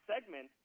segment